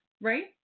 right